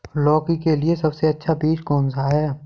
लौकी के लिए सबसे अच्छा बीज कौन सा है?